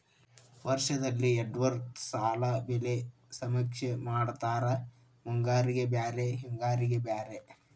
ವರ್ಷದಲ್ಲಿ ಎರ್ಡ್ ಸಲಾ ಬೆಳೆ ಸಮೇಕ್ಷೆ ಮಾಡತಾರ ಮುಂಗಾರಿಗೆ ಬ್ಯಾರೆ ಹಿಂಗಾರಿಗೆ ಬ್ಯಾರೆ